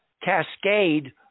cascade